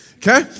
Okay